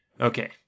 okay